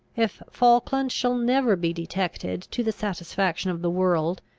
if falkland shall never be detected to the satisfaction of the world,